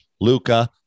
Luca